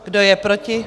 Kdo je proti?